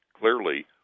clearly